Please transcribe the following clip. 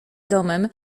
domem